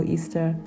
Easter